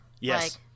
Yes